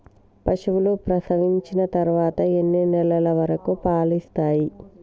పశువులు ప్రసవించిన తర్వాత ఎన్ని నెలల వరకు పాలు ఇస్తాయి?